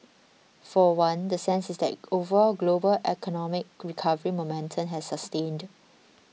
for one the sense is that overall global economic recovery momentum has sustained